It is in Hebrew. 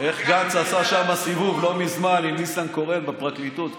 איך גנץ עשה שם סיבוב לא מזמן עם ניסנקורן בפרקליטות,